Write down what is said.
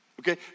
Okay